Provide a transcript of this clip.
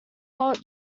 hot